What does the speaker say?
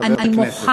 חבר הכנסת.